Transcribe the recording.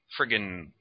friggin